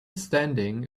standing